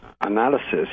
analysis